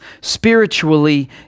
spiritually